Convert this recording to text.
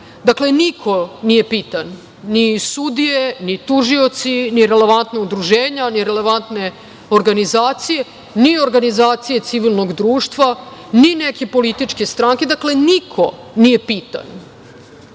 Dakle, niko nije pitan, ni sudije, ni tužioci, ni relevantna udruženja, ni relevantne organizacije, ni organizacije civilnog društva, ni neke političke stranke. Dakle, niko nije pitan.